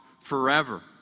forever